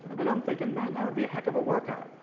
and i'm thinking, man, that would be a heck of a workout.